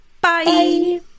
Bye